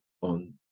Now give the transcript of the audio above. on